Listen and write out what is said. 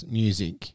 music